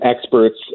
experts